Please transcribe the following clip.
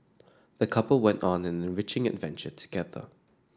the couple went on an enriching adventure together